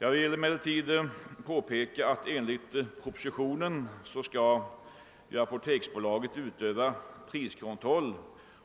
Jag vill påpeka att enligt propositionen skall apoteksbolaget utöva priskontroll